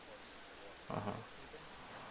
(uh huh)